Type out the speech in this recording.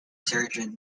surgeon